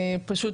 פשוט,